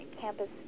campus